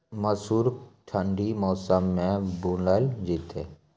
मसूर ठंडी मौसम मे बूनल जेतै?